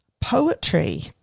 poetry